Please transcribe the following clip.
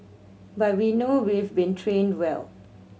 but we know we've been trained well